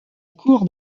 cour